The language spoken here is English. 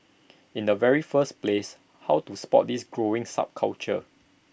in the very first place how to spot this growing subculture